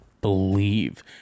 believe